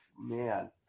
man